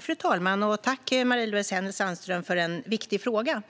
Fru talman! Tack, Marie-Louise Hänel Sandström, för en viktig fråga!